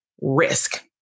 Risk